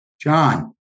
John